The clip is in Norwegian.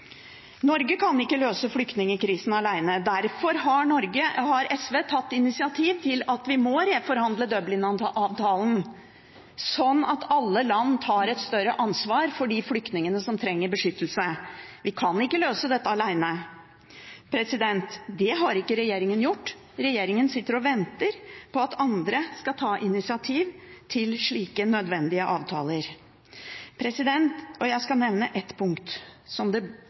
Norge kan ikke løse flyktningkrisen alene. Derfor har SV tatt initiativ til at vi må reforhandle Dublin-avtalen, slik at alle land tar et større ansvar for de flyktningene som trenger beskyttelse – vi kan ikke løse dette alene – det har ikke regjeringen gjort. Regjeringen sitter og venter på at andre skal ta initiativ til slike nødvendige avtaler. Jeg skal nevne et punkt som det